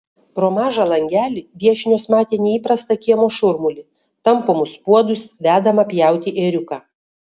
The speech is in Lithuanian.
pro mažą langelį viešnios matė neįprastą kiemo šurmulį tampomus puodus vedamą pjauti ėriuką